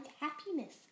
happiness